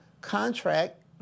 contract